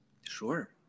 Sure